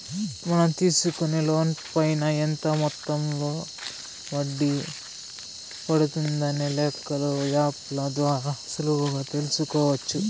మనం తీసుకునే లోన్ పైన ఎంత మొత్తంలో వడ్డీ పడుతుందనే లెక్కలు యాప్ ల ద్వారా సులువుగా తెల్సుకోవచ్చు